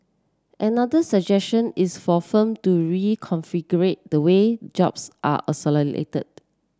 another suggestion is for firm to reconfigure the way jobs are